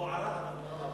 אבו עראר.